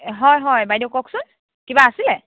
হয় হয় বাইদেউ কওকচোন কিবা আছিলে